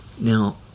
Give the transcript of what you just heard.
Now